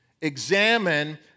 Examine